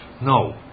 No